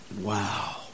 Wow